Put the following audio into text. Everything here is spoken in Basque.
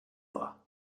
doa